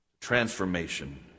transformation